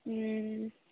हूँ